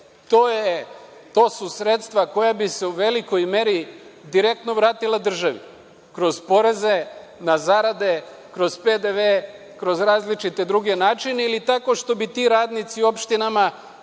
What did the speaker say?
To su sredstva koja bi se u velikoj meri direktno vratila državi, kroz poreze na zarade, kroz PDV, kroz različite druge načine ili tako što bi ti radnici u opštinama, koji